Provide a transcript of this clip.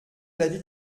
l’avis